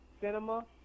cinema